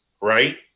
right